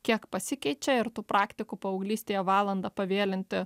kiek pasikeičia ir tų praktikų paauglystėje valanda pavėlinti